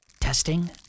Testing